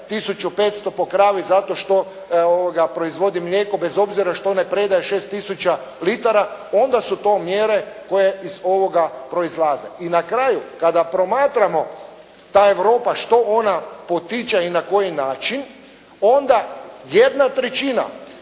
1500 po kravi zato što proizvodi mlijeko, bez obzira što one predaju 6 tisuća litara. Onda su to mjere koje iz ovoga proizlaze. I na kraju kada promatramo, ta Europa, što ona potiče i na koji način onda jedna trećina